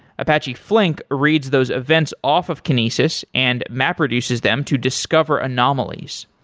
apache flink reads those events off of kinesis and mapreduces them to discover anomalies.